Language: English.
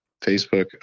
Facebook